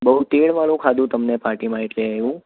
બહુ તેલવાળું ખાધું તમને પાર્ટીમાં એટલે એવું